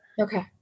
Okay